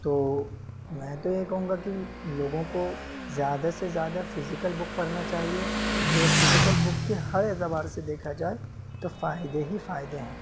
تو میں تو یہ کہوں گا کہ لوگوں کو زیادہ سے زیادہ فزیکل بک پڑھنا چاہیے جو ہے فزیکل بک کے ہر اعتبار سے دیکھا جائے تو فائدے ہی فائدے ہیں